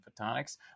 photonics